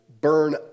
burn